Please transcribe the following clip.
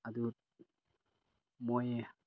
ꯑꯗꯨ ꯃꯣꯏ